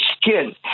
skin